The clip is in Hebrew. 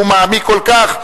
שהוא מעמיק כל כך,